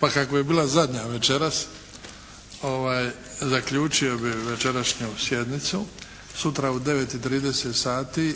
Pa kako je bila zadnja večeras, zaključio bih večerašnju sjednicu. Sutra u 9 i 30 sati,